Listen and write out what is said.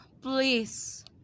please